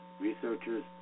Researchers